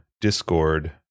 Discord